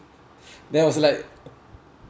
there was like